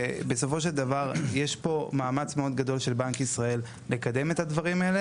ובסופו של דבר יש פה מאמץ מאוד גדול של בנק ישראל לקדם את הדברים האלה.